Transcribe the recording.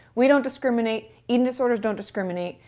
we don't discriminate, eating disorders don't discriminate.